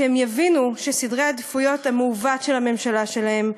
שהם יבינו שסדר העדיפויות המעוות של הממשלה שלהם,